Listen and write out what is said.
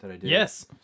Yes